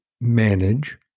manage